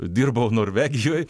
dirbau norvegijoj